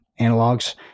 analogs